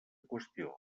qüestió